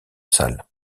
salles